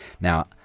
Now